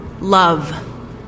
love